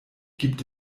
gibt